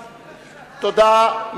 תודה.